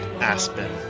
Aspen